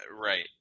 Right